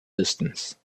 distance